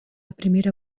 primera